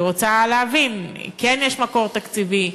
אני רוצה להבין, כן יש מקור תקציבי?